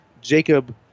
Jacob